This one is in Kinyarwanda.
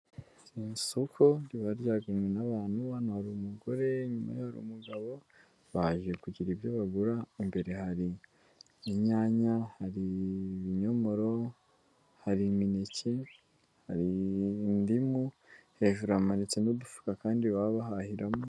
Ni isoko riba ryaremwe n'abantu, hano umugore nyuma y' umugabo, baje kugira ibyo bagura, imbere hari inyanya, hari ibinyomoro, hari imineke, hari indimu, hejuru hamanitse n'udufuka kandi baba bahahiramo